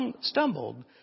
stumbled